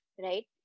right